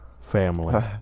Family